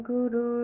Guru